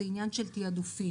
זה עניין של תיעדופים.